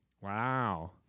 Wow